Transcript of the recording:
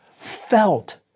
felt